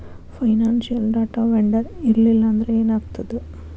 Financial data vendor ಇರ್ಲ್ಲಿಲ್ಲಾಂದ್ರ ಏನಾಗ್ತದ?